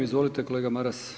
Izvolite kolega Maras.